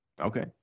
Okay